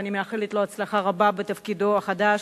ואני מאחלת לו הצלחה רבה בתפקידו החדש,